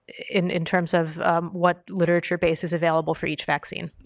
in in terms of what literature base is available for each vaccine.